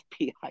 FBI